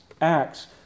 Acts